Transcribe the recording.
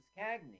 Cagney